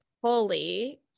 fully